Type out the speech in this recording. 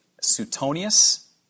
Suetonius